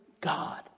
God